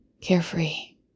Carefree